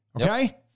Okay